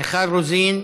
הלכה,) מיכל רוזין,